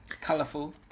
colourful